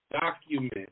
document